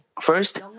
First